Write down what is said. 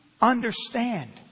understand